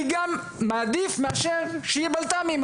אני גם מעדיף מאשר שיהיה בלת"מים.